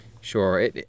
Sure